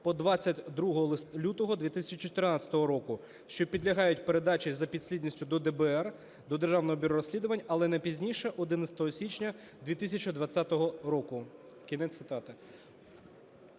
по 22 лютого 2014 року, що підлягають передачі за підслідністю до ДБР, до Державного бюро розслідувань, але не пізніше 11 січня 2020 року".